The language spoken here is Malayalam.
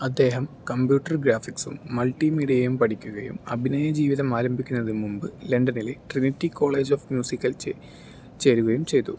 അദ്ദേഹം കമ്പ്യൂട്ടർ ഗ്രാഫിക്സും മൾട്ടിമീഡിയയും പഠിക്കുകയും അഭിനയജീവിതം ആരംഭിക്കുന്നതിനുമുമ്പ് ലണ്ടനിലെ ട്രിനിറ്റി കോളേജ് ഓഫ് മ്യൂസിക്കിൽ ചേരുകയും ചെയ്തു